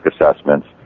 assessments